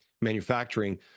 manufacturing